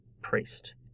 priest